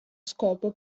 scopo